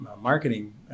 marketing